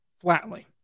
Flatly